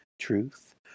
Truth